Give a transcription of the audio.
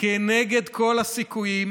כנגד כל הסיכויים,